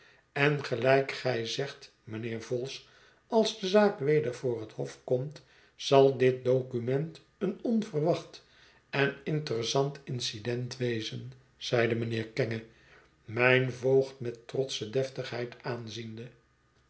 en gelijk gij zegt mijnheer vholes als de zaak weder voor het hof komt zal dit document een onverwacht en interessant incident wezen zeide mijnheer kenge mijn voogd met trotsche deftigheid aanziende